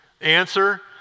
Answer